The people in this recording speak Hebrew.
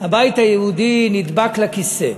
שהבית היהודי נדבק לכיסא,